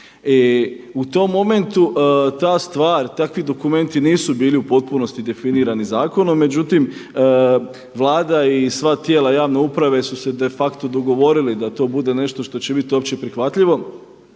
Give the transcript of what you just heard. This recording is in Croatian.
u tom momentu ta stvar, takvi dokumenti nisu bili u potpunosti definirani zakonom. Međutim, Vlada i sva tijela javne uprave su se de facto dogovorili da to bude nešto što će biti opće prihvatljivo